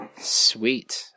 Sweet